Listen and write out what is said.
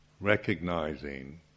recognizing